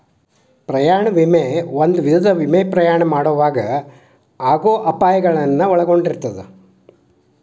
ಪ್ರಯಾಣ ವಿಮೆ ಒಂದ ವಿಧದ ವಿಮೆ ಪ್ರಯಾಣ ಮಾಡೊವಾಗ ಆಗೋ ಅಪಾಯಗಳನ್ನ ಒಳಗೊಂಡಿರ್ತದ